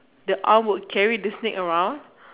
the arm would carry the snake around